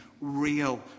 real